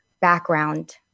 background